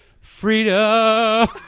freedom